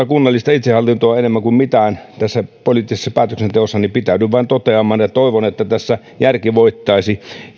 kunnallista itsehallintoa enemmän kuin mitään tässä poliittisessa päätöksenteossa niin pitäydyn vain toteamaan ja toivon että tässä järki voittaisi